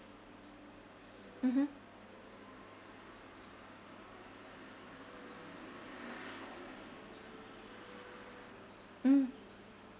mmhmm mm